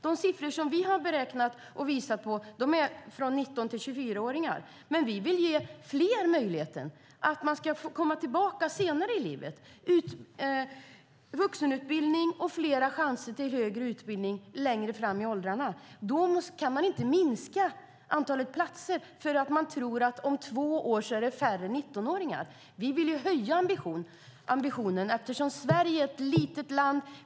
De siffror som vi har beräknat och visar gäller för 19-24-åringar. Men vi vill ge fler möjligheten att komma tillbaka senare i livet. Om vi ska ha vuxenutbildning och flera chanser till högre utbildning längre fram i åldrarna kan man inte minska antalet platser därför att man tror att det är färre 19-åringar om två år. Vi vill höja ambitionen eftersom Sverige är ett litet land.